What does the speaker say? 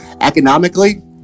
economically